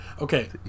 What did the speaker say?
Okay